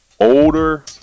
Older